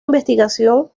investigación